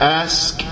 ask